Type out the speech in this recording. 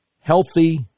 healthy